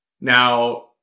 Now